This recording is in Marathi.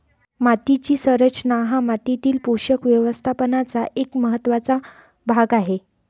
मातीची संरचना हा मातीतील पोषक व्यवस्थापनाचा एक महत्त्वाचा भाग आहे